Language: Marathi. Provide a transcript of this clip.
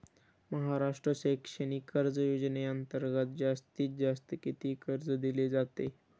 महाराष्ट्र शैक्षणिक कर्ज योजनेअंतर्गत जास्तीत जास्त किती कर्ज दिले जाते?